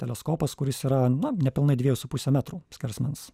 teleskopas kuris yra na nepilnai dviejų su puse metrų skersmens